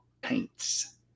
paints